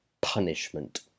punishment